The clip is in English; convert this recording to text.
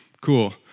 Cool